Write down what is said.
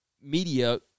media